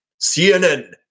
CNN